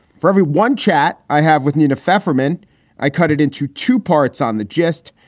for every one chat i have with nina pfeiffer meant i cut it into two parts on the gist.